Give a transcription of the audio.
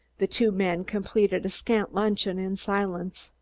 the two men completed a scant luncheon in silence.